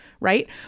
right